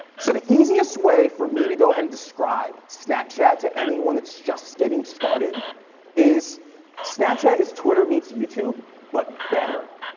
so the easiest way for me to go ahead and describe snapchat to anyone that's just getting started is snapchat is twitter meets youtube, but better.